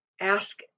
ask